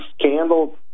scandal